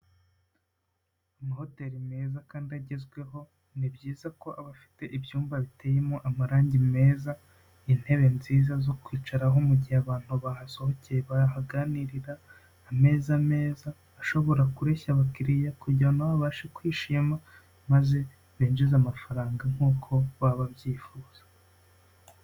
Amahoteli meza kandi agezweho, ni byiza ko abafite ibyumba biteyemo amarangi meza, intebe nziza zo kwicaraho mu gihe abantu bahasohokeye bahaganirira, ameza meza, ashobora kureshya abakiliriya kugira ngo nabo babashe kwishima, maze binjize amafaranga nk'uko baba babyifuza,